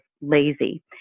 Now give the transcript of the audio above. lazy